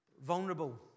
vulnerable